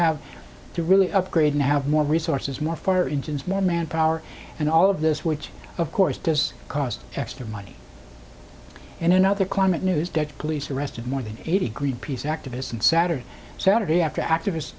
have to really upgrade and have more resources more fire engines more manpower and all of this which of course does cost extra money and in other climate news dead police arrested more than eighty greenpeace activists and saturday saturday after activists